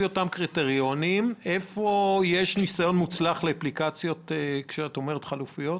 איפה יש ניסיון מוצלח לאפליקציות חלופיות?